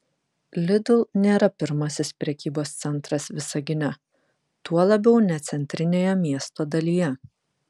lidl nėra pirmasis prekybos centras visagine tuo labiau ne centrinėje miesto dalyje